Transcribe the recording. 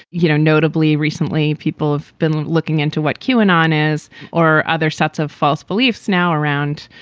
you know, notably recently, people have been looking into what kuhnen is or other sorts of false beliefs now around.